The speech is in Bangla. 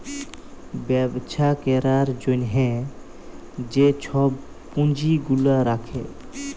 ব্যবছা ক্যরার জ্যনহে যে ছব পুঁজি গুলা রাখে